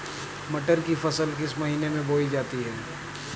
मटर की फसल किस महीने में बोई जाती है?